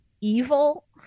evil